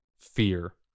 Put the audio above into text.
fear